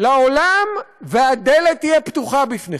לעולם והדלת תהיה פתוחה בפניכם.